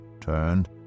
turned